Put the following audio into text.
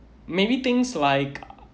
maybe things like